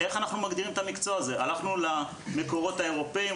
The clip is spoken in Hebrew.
הלכנו למקורות האירופאיים,